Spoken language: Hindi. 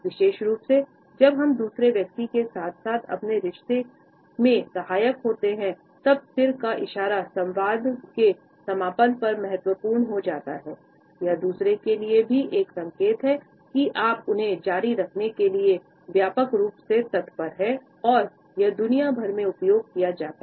विशेष रूप से जब हम दूसरे व्यक्ति के साथ साथ अपने रिश्ते में सहायक होते हैं तब सिर का इशारा संवाद के समापन पर महत्वपूर्ण हो जाता उन्हें जारी रखने के लिए व्यापक रूप से तत्पर हैं और यह दुनिया भर में उपयोग किया जाता है